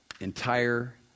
entire